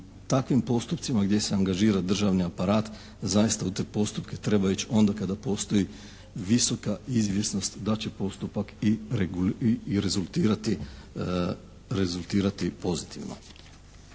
takvim postupcima gdje se angažira državni aparat zaista u te postupke treba ići onda kada postoji visoka izvjesnost da će postupak i rezultirati pozitivno.